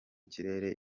kirere